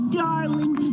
darling